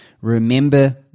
remember